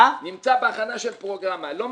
לא מתאים.